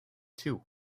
two